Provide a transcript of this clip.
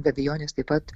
be abejonės taip pat